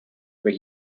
where